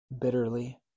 bitterly